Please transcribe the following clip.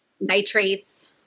nitrates